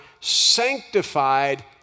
sanctified